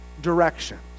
directions